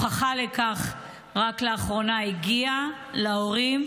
רק לאחרונה הגיעה הוכחה לכך להורים,